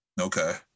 Okay